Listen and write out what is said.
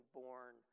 born